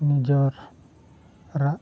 ᱱᱤᱡᱮᱨᱟᱜ